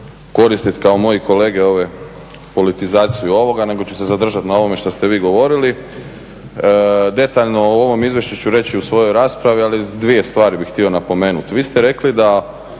koristiti kao moji kolege ove politizaciju ovoga nego ću se zadržati na ovome što ste vi govorili. Detaljno o ovom izvješću ću reći u ovoj raspravi ali dvije stvari bih htio napomenuti. Vi ste rekli da